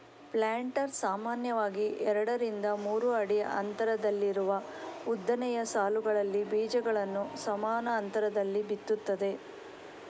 planter ಸಾಮಾನ್ಯವಾಗಿ ಎರಡರಿಂದ ಮೂರು ಅಡಿ ಅಂತರದಲ್ಲಿರುವ ಉದ್ದನೆಯ ಸಾಲುಗಳಲ್ಲಿ ಬೀಜಗಳನ್ನ ಸಮಾನ ಅಂತರದಲ್ಲಿ ಬಿತ್ತುತ್ತದೆ